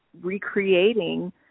recreating